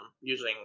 using